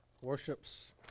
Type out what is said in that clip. worships